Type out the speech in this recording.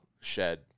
shed